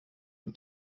und